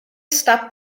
está